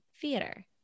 theater